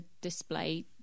display